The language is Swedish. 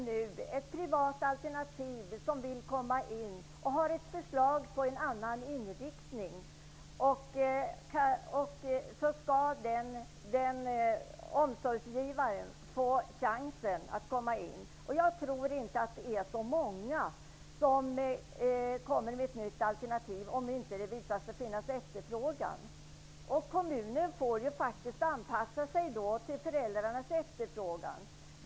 Om en privat huvudman har ett förslag om en annan inriktning skall denne få en chans att komma in. Jag tror inte att det blir så många som kommer med nya alternativ om det visar sig att det inte finns någon efterfrågan. Kommunen får faktiskt anpassa sig till föräldrarnas efterfrågan.